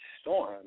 Storm